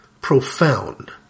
profound